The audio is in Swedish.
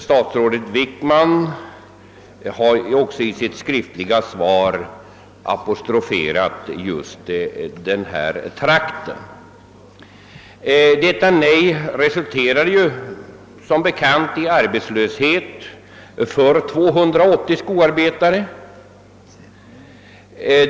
Statsrådet Wickman har ju också i sitt skriftliga svar nämnt just denna trakt. Detta avslag resulterade som bekant i arbetslöshet för 280 skoarbetare.